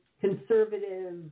conservative